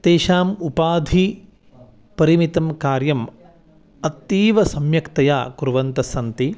तेषाम् उपाधि परिमितं कार्यम् अतीव सम्यक्तया कुर्वन्तस्सन्ति